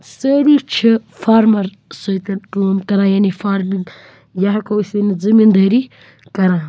سٲری چھِ فارمَر سۭتۍ کٲم کران یعنی فارمِنٛگ یا ہٮ۪کَو أسۍ ؤنِتھ زٔمیٖن دٲری کران